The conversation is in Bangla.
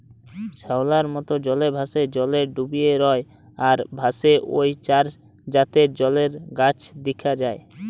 শ্যাওলার মত, জলে ভাসে, জলে ডুবি রয় আর ভাসে ঔ চার জাতের জলের গাছ দিখা যায়